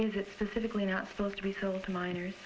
is it specifically not supposed to be sold to minors